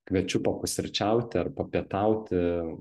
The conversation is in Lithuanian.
kviečiu papusryčiauti ar papietauti